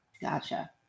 Gotcha